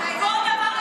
שאתם כל כך מלינים עליו?